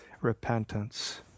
repentance